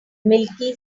milky